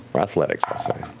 or athletics, i'd